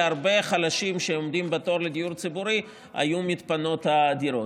להרבה חלשים שעומדים בתור לדיור ציבורי היו מתפנות הדירות.